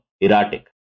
erratic